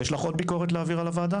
יש לך עוד ביקורת להעביר על הוועדה?